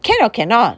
can or cannot